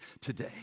today